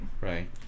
Right